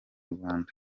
rwanda